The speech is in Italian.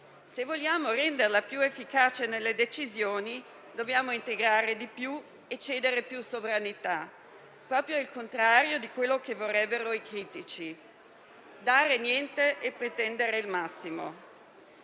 Se vogliamo renderla più efficace nelle decisioni dobbiamo integrare di più e cedere più sovranità, esattamente il contrario di quello che vorrebbero i critici: dare niente e pretendere il massimo,